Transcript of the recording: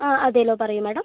ആ അതെല്ലോ പറയൂ മേഡം